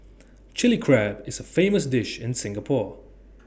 Chilli Crab is A famous dish in Singapore